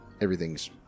everything's